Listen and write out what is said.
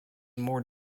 more